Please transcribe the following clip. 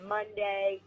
Monday